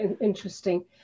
interesting